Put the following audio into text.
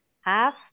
half